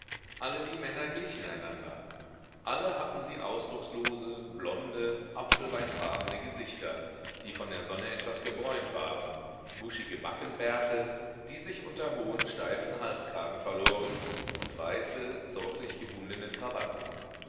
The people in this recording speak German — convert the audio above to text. alle die männer glichen einander alle hatten sie ausdruckslose blonde apfelweinfarbene gesichter die von der sonne etwas gebräunt waren buschige backenbärte die sich unter hohen steifen halskragen verloren und weiße sorglich gebundene krawatten